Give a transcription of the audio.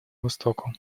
востоку